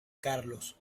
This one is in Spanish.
carlos